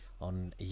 on